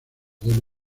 modelo